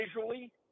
visually